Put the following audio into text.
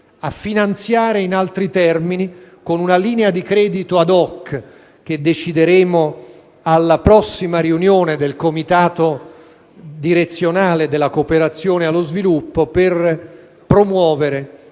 finanziare e promuovere, con una linea di credito *ad hoc,* che decideremo alla prossima riunione del comitato direzionale della cooperazione allo sviluppo, il rilancio